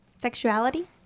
Sexuality